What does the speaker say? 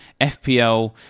FPL